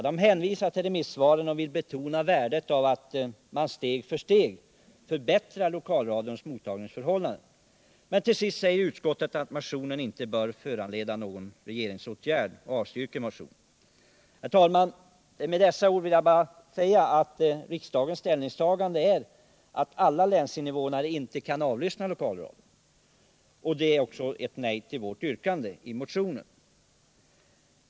Det hänvisar till remissvaren och vill betona värdet av att man steg för steg förbättrar lokalradions mottagningsförhållanden. Men till sist säger utskottet att motionen inte bör föranleda någon regeringsåtgärd och föreslår att man avstyrker den. Herr talman! Riksdagens ställningstagande i enlighet med utskottets förslag innebär att inte alla länsinvånare kan avlyssna lokalradion, och det innebär också ett nej till vårt yrkande i motionen.